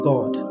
God